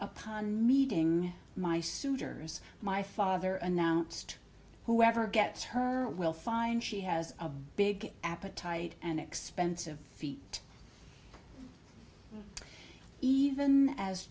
upon meeting my suitors my father announced whoever gets her will find she has a big appetite and expensive feet even as